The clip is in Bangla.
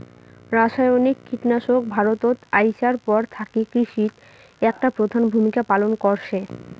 রাসায়নিক কীটনাশক ভারতত আইসার পর থাকি কৃষিত একটা প্রধান ভূমিকা পালন করসে